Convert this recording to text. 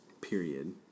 period